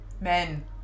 men